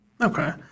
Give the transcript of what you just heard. Okay